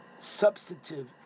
substantive